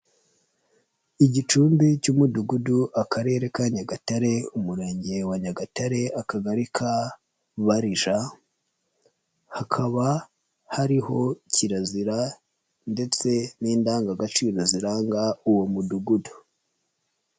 Igicumbi cy'Umudugudu, Akarere ka Nyagatare, Umurenge wa Nyagatare, Akagari ka Barija, hakaba hariho kirazira ndetse n'indangagaciro ziranga uwo Mudugudu.